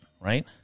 right